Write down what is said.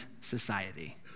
society